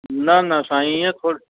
न न साईं ईअं थोरी